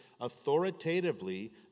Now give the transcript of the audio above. authoritatively